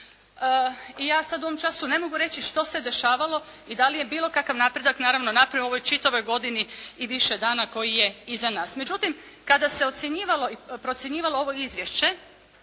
i ja sad u ovom času ne mogu reći što se dešavalo i da li je bilo kakav napredak naravno napravljen u ovoj čitavoj godini i više dana koji je iza nas. Međutim, kada se ocjenjivalo i procjenjivalo ovo izvješće